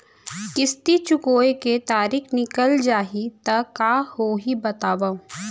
किस्ती चुकोय के तारीक निकल जाही त का होही बताव?